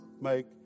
make